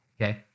okay